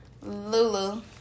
lulu